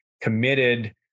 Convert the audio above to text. committed